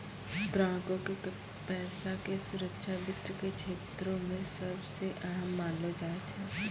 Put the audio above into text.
ग्राहको के पैसा के सुरक्षा वित्त के क्षेत्रो मे सभ से अहम मानलो जाय छै